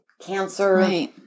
cancer